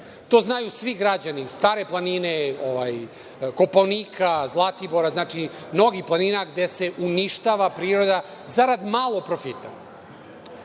To znaju svi građani Stare planine, Kopaonika, Zlatibora, mnogih planina gde se uništava priroda zarad malo